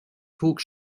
talk